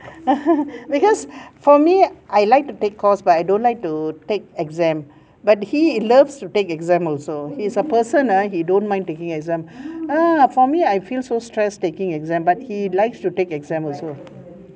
because for me I like to take course but I don't like to take exam but he loves to take exam also he's a person ah he don't mind taking exam ah for me I feel so stressed taking exam but he likes to take exam also